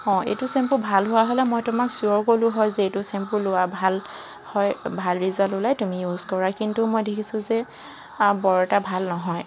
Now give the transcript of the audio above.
অঁ এইটো চেম্পু ভাল হোৱা হ'লে মই তোমাক চিয়ৰ ক'লো হয় যে এইটো চেম্পু লোৱা ভাল হয় ভা ৰিজাল্ট ওলায় তুমি ইউজ কৰা কিন্তু মই দেখিছোঁ যে বৰ এটা ভাল নহয়